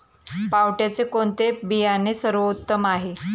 पावट्याचे कोणते बियाणे सर्वोत्तम आहे?